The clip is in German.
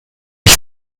ich